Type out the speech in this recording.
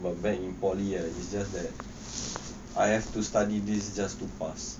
but back in poly ah it's just that I have to study this just to pass